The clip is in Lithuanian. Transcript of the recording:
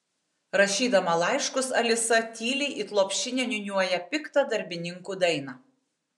rašydama laiškus alisa tyliai it lopšinę niūniuoja piktą darbininkų dainą